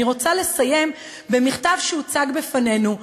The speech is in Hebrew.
אני רוצה לסיים במכתב שהוצג בפנינו.